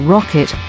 Rocket